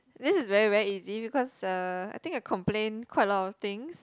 this is very very easy because uh I think I complain quite a lot of things